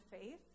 faith